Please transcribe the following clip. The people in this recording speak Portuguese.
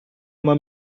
uma